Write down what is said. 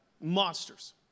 monsters